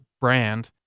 brand